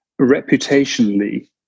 reputationally